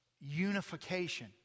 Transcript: unification